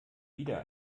wieder